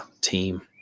team